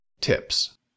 tips